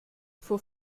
vor